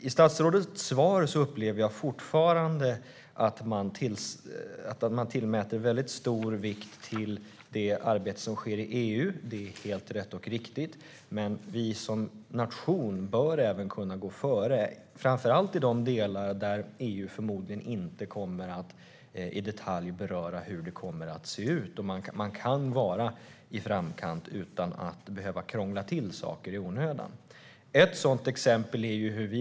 I statsrådets svar upplever jag fortfarande att man tillmäter det arbete som sker i EU stor vikt, vilket är rätt och riktigt, men vi som nation bör kunna gå före, framför allt i de delar där EU förmodligen inte kommer att i detalj beröra hur det kommer att se ut. Man kan vara i framkant utan att behöva krångla till saker i onödan. Jag vill ta ett sådant exempel.